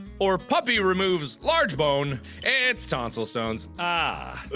or puppy removes large bone it's tonsil stones ahhh